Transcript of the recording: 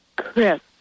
Chris